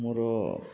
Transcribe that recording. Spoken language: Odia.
ମୋର